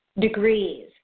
degrees